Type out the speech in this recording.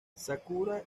sakura